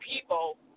people